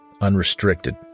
Unrestricted